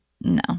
No